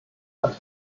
hat